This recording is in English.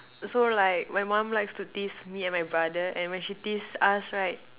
so like my mom like to tease me and my brother and when she tease us right